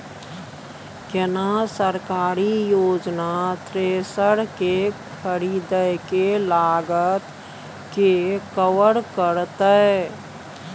केना सरकारी योजना थ्रेसर के खरीदय के लागत के कवर करतय?